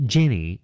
Jenny